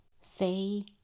Say